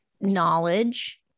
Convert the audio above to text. knowledge